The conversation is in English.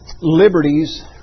liberties